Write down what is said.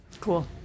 Cool